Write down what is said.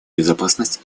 безопасность